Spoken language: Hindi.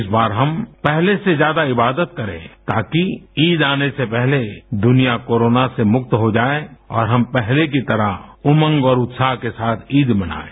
इस बार हम पहले से ज्यादा इबादत करें ताकि ईद आने से पहले दुनिया कोरोना से मुक्त हो जाये और हम पहले की तरह उमंग और उत्साह के साथ ईद मनायें